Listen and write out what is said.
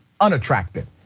unattractive